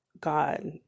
God